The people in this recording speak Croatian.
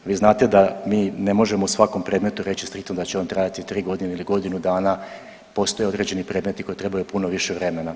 Vi znate da mi ne možemo u svakom predmetu reći striktno da će on trajati 3 godine ili godinu dana, postoje određeni predmeti koji trebaju puno više vremena.